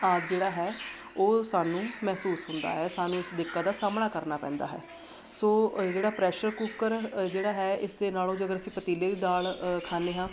ਆਦਿ ਜਿਹੜਾ ਹੈ ਉਹ ਸਾਨੂੰ ਮਹਿਸੂਸ ਹੁੰਦਾ ਹੈ ਸਾਨੂੰ ਉਸ ਦਿੱਕਤ ਦਾ ਸਾਹਮਣਾ ਕਰਨਾ ਪੈਂਦਾ ਹੈ ਸੋ ਅ ਜਿਹੜਾ ਪ੍ਰੈਸ਼ਰ ਕੁੱਕਰ ਅ ਜਿਹੜਾ ਹੈ ਇਸਦੇ ਨਾਲੋਂ ਜਦੋਂ ਅਸੀਂ ਪਤੀਲੇ ਦੀ ਦਾਲ ਅ ਖਾਂਦੇ ਹਾਂ